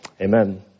amen